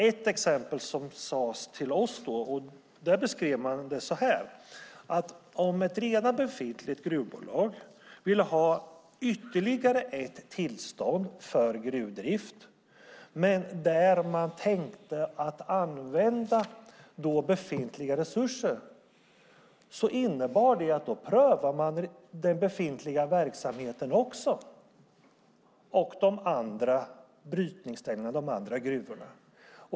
Ett exempel som beskrevs för oss är att om ett redan befintligt gruvbolag vill ha ytterligare ett tillstånd för gruvdrift men tänker använda befintliga resurser prövas den befintliga verksamheten också och de andra gruvorna.